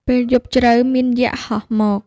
ពេលយប់ជ្រៅ មានយក្សហោះមក។